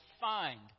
find